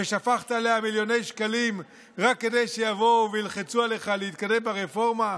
ששפכת עליה מיליוני שקלים רק כדי שיבואו וילחצו עליך להתקדם ברפורמה?